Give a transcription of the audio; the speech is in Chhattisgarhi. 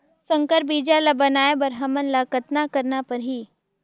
संकर बीजा ल बनाय बर हमन ल कतना करना परही?